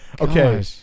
Okay